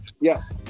Yes